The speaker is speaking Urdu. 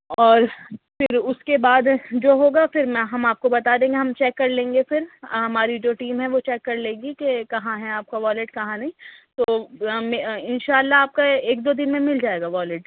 اور پھر اُس کے بعد جو ہوگا پھر میں ہم آپ کو بتا دیں گے ہم چیک کر لیں گے پھر ہماری جو ٹیم ہے وہ چیک کر لے گی کہ کہاں ہے آپ کا والیٹ کہاں نہیں تو اِنشاء اللہ آپ کا ایک دو دن میں مِل جائے گا والیٹ